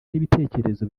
n’ibitekerezo